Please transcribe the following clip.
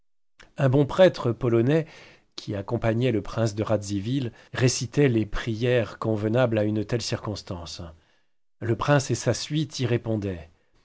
un bon prêtre polonais qui accompagnait le prince de radziville récitait les prières convenables à une telle circonstance le prince et sa suite y répondaient